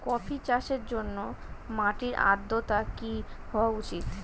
Coffee চাষের জন্য মাটির আর্দ্রতা কি হওয়া উচিৎ?